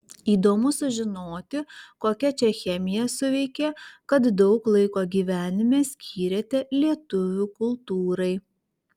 įdomu sužinoti kokia čia chemija suveikė kad daug laiko gyvenime skyrėte lietuvių kultūrai